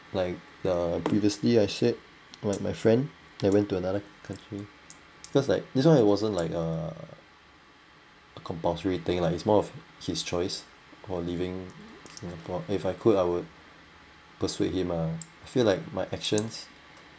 like the previously I said like my friend that went to another country cause like this one it wasn't like a a compulsory thing like it's more of his choice for leaving singapore if I could I would persuade him lah I feel like my actions